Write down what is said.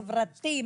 חברתי,